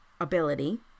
ability